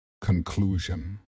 Conclusion